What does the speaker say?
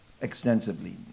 extensively